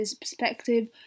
perspective